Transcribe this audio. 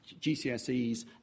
GCSEs